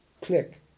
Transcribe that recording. click